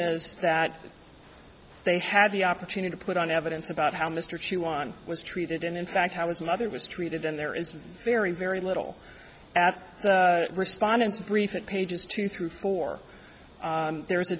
is that they have the opportunity to put on evidence about how mr xi one was treated and in fact how his mother was treated and there is very very little at the respondent's briefing pages two through four there is a